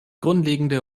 grundlegende